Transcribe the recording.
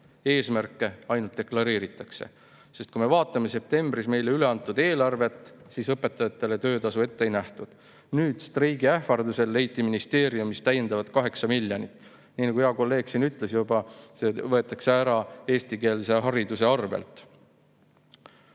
Eesmärke ainult deklareeritakse. Kui me vaatame septembris meile üle antud eelarvet, siis õpetajatele töötasu [tõusu] ette ei nähtud. Nüüd, streigi ähvardusel leiti ministeeriumis täiendavad 8 miljonit. Nii nagu hea kolleeg siin ütles juba, võetakse see eestikeelsele haridusele